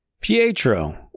Pietro